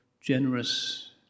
generous